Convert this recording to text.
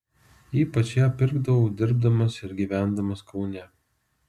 ypač ją pirkdavau dirbdamas ir gyvendamas kaune